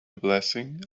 blessing